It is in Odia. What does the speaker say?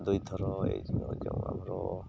ଦୁଇଥର ଏ ଯେଉଁ ଏ ଯେଉଁ ଆମର